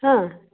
ಹಾಂ